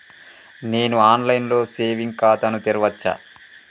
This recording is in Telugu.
నేను ఆన్ లైన్ లో సేవింగ్ ఖాతా ను తెరవచ్చా?